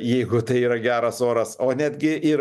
jeigu tai yra geras oras o netgi ir